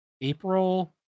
April